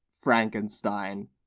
Frankenstein